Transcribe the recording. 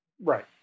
right